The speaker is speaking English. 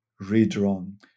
redrawn